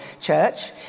church